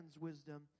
wisdom